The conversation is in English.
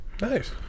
Nice